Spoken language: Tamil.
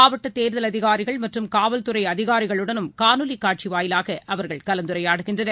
மாவட்டதேர்தல் அதிகாரிகள் மற்றும் காவல்துறைஅதிகாரிகளுடனும் காணொலிகாட்சிவாயிலாகவும் அவர்கள் கலந்துரையாடுகின்றனர்